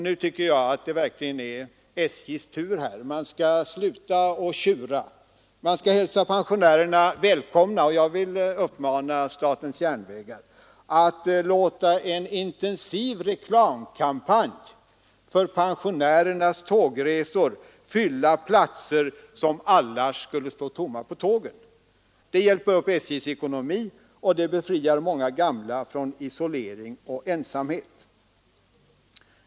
Nu tycker jag att det verkligen är SJ:s tur. Man skall sluta att tjura, man skall hälsa pensionärerna välkomna. Jag vill uppmana statens järnvägar att låta en intensiv reklamkampanj för pensionärernas tågresor fylla platser som annars skulle stå tomma på tågen. Det hjälper upp SJ:s ekonomi, och det befriar många gamla från isolering och ensamhet.